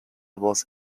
was